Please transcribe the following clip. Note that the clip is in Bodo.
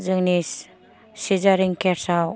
जोंनि सिजारिं खेसाव